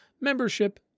membership